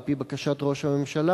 על-פי בקשת ראש הממשלה,